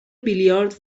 بیلیارد